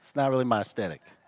not really my aesthetic.